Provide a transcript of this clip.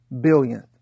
billionth